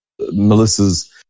Melissa's